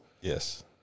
Yes